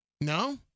No